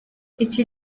iki